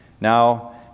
Now